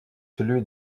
celui